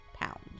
pound